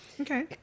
Okay